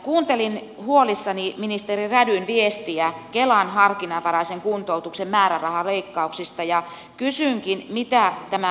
kuuntelin huolissani ministeri rädyn viestiä kelan harkinnanvaraisen kuntoutuksen määrärahaleikkauksista ja kysynkin